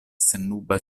sennuba